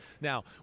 Now